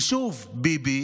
כי שוב, ביבי